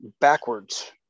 backwards